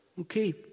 Okay